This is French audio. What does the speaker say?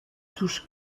touche